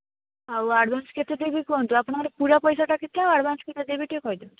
ଆଉ ଆଡ଼ଭାନ୍ସ କେତେ ଦେବି କୁହନ୍ତୁ ଆପଣଙ୍କର ପୁରା ପଇସାଟା କେତେ ଆଉ ଆଡ଼ଭାନ୍ସ କେତେ ଦେବି ଟିକିଏ କହିଦିଅନ୍ତୁ